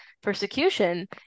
persecution